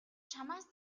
чамаас